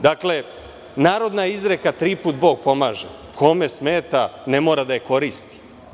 Dakle, narodna izreka – tri puta Bog pomaže, kome smeta, ne mora da je koristi.